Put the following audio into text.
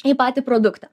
į patį produktą